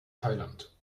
thailand